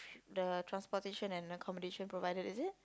the transportation and accommodation provided is it